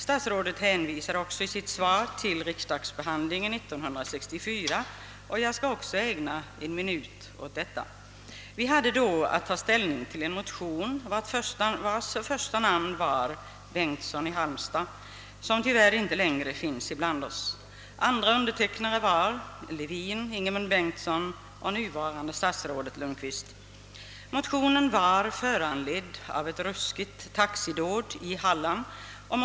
Statsrådet hänvisar också i sitt svar till riksdagsbehandlingen 1964. Även jag skall ägna någon minut däråt. Riksdagen hade då att ta ställning till en motion vars första namn var herr Bengtsson i Halmstad — som tyvärr inte längre finns bland oss. Andra undertecknare var herr Levin, herr Ingemund Bengtsson och nuvarande statsrådet Lundkvist. Motionen var föranledd av ett ruskigt taxidåd i Halland.